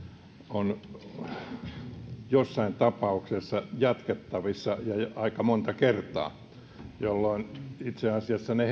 on jossain tapauksessa jatkettavissa aika monta kertaa jolloin itse asiassa ne